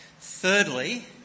Thirdly